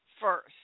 first